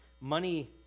money